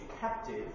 captive